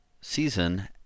season